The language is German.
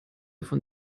von